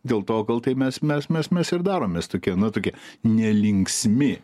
dėl to gal tai mes mes mes mes ir daromės tokie na tokie nelinksmi